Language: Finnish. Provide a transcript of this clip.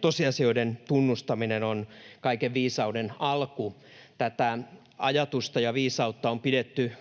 tosiasioiden tunnustaminen on kaiken viisauden alku. Tätä ajatusta ja viisautta on pidetty